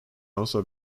also